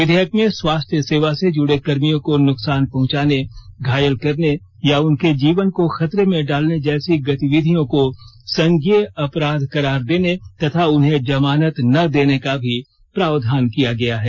विधेयक में स्वास्थ्य सेवा से जुडे कर्मियों को नुकसान पहुंचाने घायल करने या उनके जीवन को खतरे में डालने जैसी गतिविधियों को संज्ञेय अपराध करार देने तथा उन्हें जमानत न देने का भी प्रावधान किया गया है